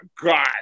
God